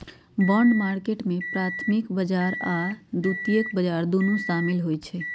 bond market में प्राथमिक बजार आऽ द्वितीयक बजार दुन्नो सामिल होइ छइ